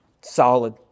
solid